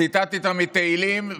ציטטת מתהילים,